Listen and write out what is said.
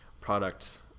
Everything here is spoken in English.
product